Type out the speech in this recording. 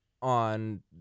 on